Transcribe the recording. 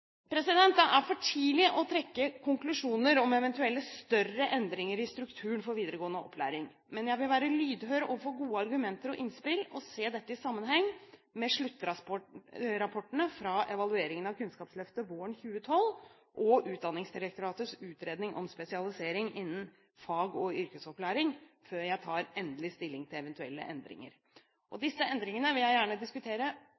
Det er for tidlig å trekke konklusjoner om eventuelle større endringer i strukturen for videregående opplæring, men jeg vil være lydhør overfor gode argumenter og innspill og se dette i sammenheng med sluttrapportene fra evalueringen av Kunnskapsløftet våren 2012 og Utdanningsdirektoratets utredning om spesialisering innen fag- og yrkesopplæringen før jeg tar endelig stilling til eventuelle endringer. Disse endringene vil jeg gjerne også diskutere